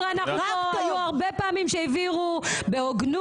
ב-2013 היו הרבה פעמים שהעבירו בהוגנות,